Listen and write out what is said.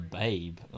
babe